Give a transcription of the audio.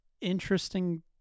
Interesting